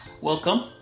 Welcome